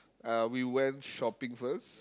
uh we went shopping first